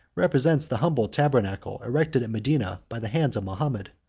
represents the humble tabernacle erected at medina by the hands of mahomet.